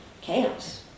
Chaos